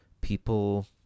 people